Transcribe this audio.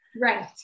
Right